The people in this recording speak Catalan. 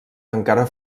encara